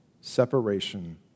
Separation